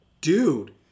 dude